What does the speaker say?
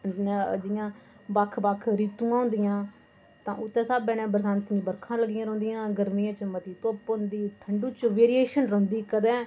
जि'यां जि'यां बक्ख बक्ख रितुआं होंदियां तां उत्तै स्हाबै नै बरसांती बरखा लग्गियां रौह्ंदियां गरमियें च मती धुप्प होंदी ठंडू च वेरिएशन रौह्ंदी कदें